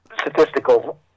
statistical